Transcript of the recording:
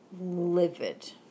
livid